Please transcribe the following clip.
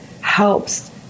helps